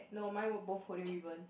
no my were both holding ribbon